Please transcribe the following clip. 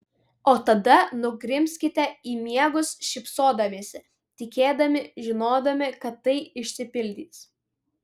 o tada nugrimzkite į miegus šypsodamiesi tikėdami žinodami kad tai išsipildys